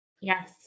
Yes